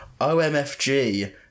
OMFG